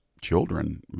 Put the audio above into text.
children